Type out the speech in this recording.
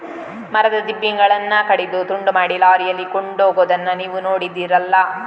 ಮರದ ದಿಮ್ಮಿಗಳನ್ನ ಕಡಿದು ತುಂಡು ಮಾಡಿ ಲಾರಿಯಲ್ಲಿ ಕೊಂಡೋಗುದನ್ನ ನೀವು ನೋಡಿದ್ದೀರಲ್ಲ